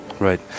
Right